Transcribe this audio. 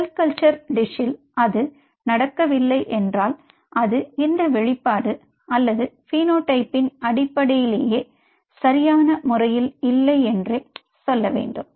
செல் culture டிஷில் அது நடக்கவில்லை என்றால் அது இந்த வெளிப்பாடு அல்லது பினோடைப்பின் அடிப்படையில் சரியான முறையில் இல்லை என்றே சொல்ல வேண்டும்